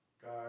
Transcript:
God